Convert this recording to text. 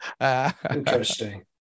Interesting